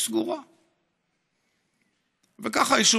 היא סגורה.